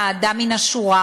מהאדם מן השורה,